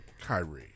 Kyrie